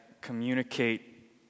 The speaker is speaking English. communicate